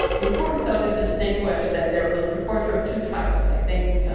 important though to distinguish that there are those reports are of two types i think.